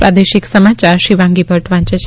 પ્રાદેશિક સમાયાર શિવાંગી ભદ્દ વાંચે છે